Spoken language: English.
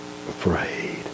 afraid